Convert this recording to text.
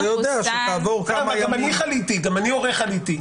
אתה יודע שכעבור כמה ימים --- גם אני ההורה חליתי.